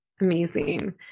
Amazing